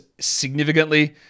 significantly